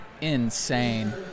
insane